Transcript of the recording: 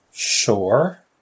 Sure